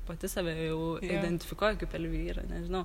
pati save jau identifikuoju kaip elvyrą nežinau